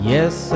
Yes